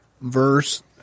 verse